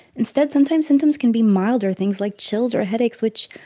instead, sometimes symptoms can be milder things like chills or headaches, which,